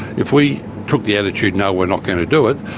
if we took the attitude no, we're not going to do it,